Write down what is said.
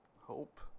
hope